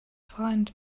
find